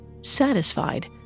Satisfied